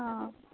অঁ